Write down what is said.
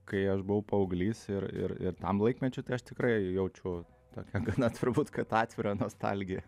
kai aš buvau paauglys ir ir ir tam laikmečiui tai aš tikrai jaučiu tokią gana turbūt kad atvirą nostalgiją